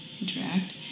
interact